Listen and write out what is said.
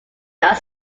not